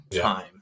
Time